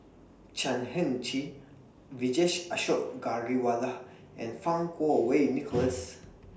Chan Heng Chee Vijesh Ashok Ghariwala and Fang Kuo Wei Nicholas